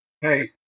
Hey